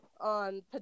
on